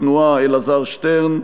התנועה: אלעזר שטרן.